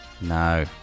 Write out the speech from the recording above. No